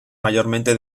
mayormente